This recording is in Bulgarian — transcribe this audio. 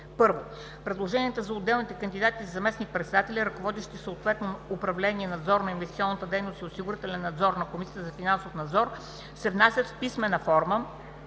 им. 1. Предложенията за отделните кандидати за заместник-председатели, ръководещи съответно управления „Надзор на инвестиционната дейност“ и „Осигурителен надзор“ на Комисията за финансов надзор, се внасят в писмена форма